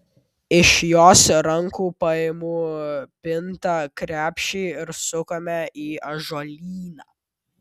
iš jos rankų paimu pintą krepšį ir sukame į ąžuolyną